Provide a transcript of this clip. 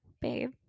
Babe